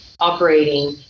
Operating